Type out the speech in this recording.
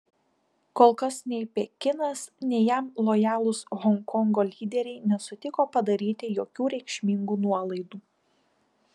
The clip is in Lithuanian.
kol kas nei pekinas nei jam lojalūs honkongo lyderiai nesutiko padaryti jokių reikšmingų nuolaidų